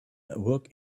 work